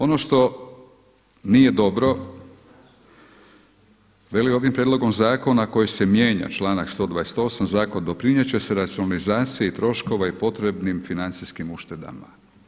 Ono što nije dobro, veli ovim prijedlogom zakona koji se mijenja članak 128. zakona doprinijet će se racionalizaciji troškova i potrebnim financijskim uštedama.